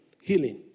healing